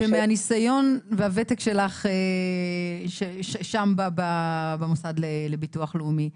מהניסיון והוותק שלך שם במוסד לביטוח לאומי,